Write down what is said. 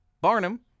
Barnum